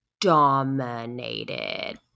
Dominated